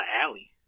alley